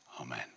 Amen